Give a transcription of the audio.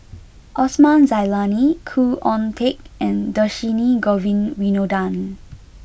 Osman Zailani Khoo Oon Teik and Dhershini Govin Winodan